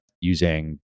using